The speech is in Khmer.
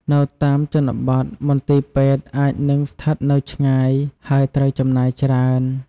នៅតាមជនបទ មន្ទីរពេទ្យអាចនឹងស្ថិតនៅឆ្ងាយ ហើយត្រូវចំណាយច្រើន។